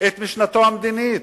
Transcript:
את משנתו המדינית.